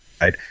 Right